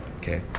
okay